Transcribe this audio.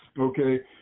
Okay